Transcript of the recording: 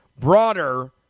broader